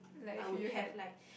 I would hate like